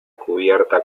cubierta